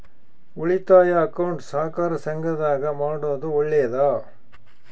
ಉಳಿತಾಯ ಅಕೌಂಟ್ ಸಹಕಾರ ಸಂಘದಾಗ ಮಾಡೋದು ಒಳ್ಳೇದಾ?